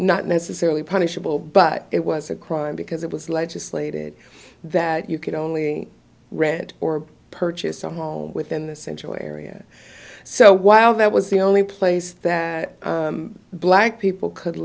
not necessarily punishable but it was a crime because it was legislated that you could only read or purchase a home within this enjoy so while that was the only place that black people could